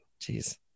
Jeez